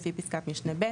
לפי פסקת משנה (ב),